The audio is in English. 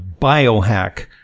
biohack